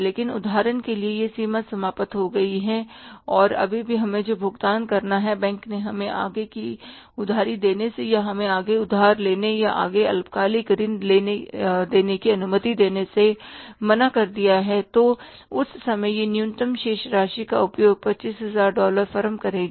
लेकिन उदाहरण के लिए यह सीमा समाप्त हो गई है और अभी भी हमें और भुगतान करना है बैंक ने हमें आगे की उधारी देने से या हमें आगे उधार लेने या आगे अल्पकालिक ऋण देने की अनुमति देने से मना कर दिया तो उस समय यह न्यूनतम शेष राशि का उपयोग 25000 डॉलर फर्म करेगी